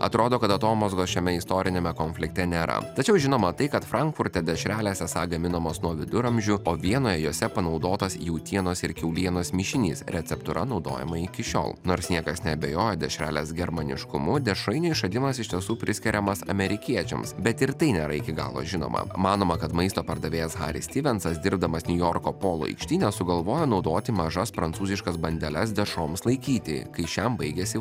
atrodo kad atomazgos šiame istoriniame konflikte nėra tačiau žinoma tai kad frankfurte dešrelės esą gaminamos nuo viduramžių o vienoje jose panaudotas jautienos ir kiaulienos mišinys receptūra naudojama iki šiol nors niekas neabejoja dešrelės germaniškumu dešrainių išradimas iš tiesų priskiriamas amerikiečiams bet ir tai nėra iki galo žinoma manoma kad maisto pardavėjas haris stivensas dirbdamas niujorko polo aikštyne sugalvojo naudoti mažas prancūziškas bandeles dešroms laikyti kai šiam baigiasi